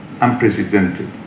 unprecedented